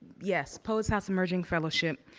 yes, poets house emerging fellowship,